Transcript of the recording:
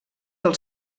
del